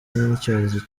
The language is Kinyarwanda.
n’icyorezo